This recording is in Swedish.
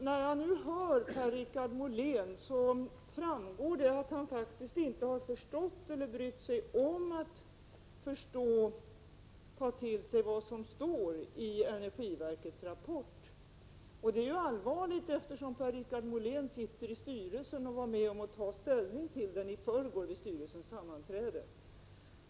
Herr talman! Av det Per-Richard Molén sade framgår att han faktiskt inte förstått eller inte brytt sig om att ta till sig vad som står i energiverkets rapport. Det är allvarligt, eftersom Per-Richard Molén sitter i styrelsen och var med om att ta ställning till rapporten i går vid styrelsens sammanträde.